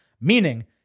Meaning